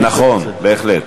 נכון, בהחלט.